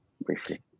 briefly